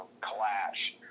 clash